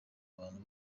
abantu